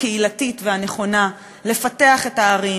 הקהילתית והנכונה לפתח את הערים,